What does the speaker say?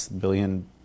billion